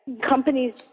companies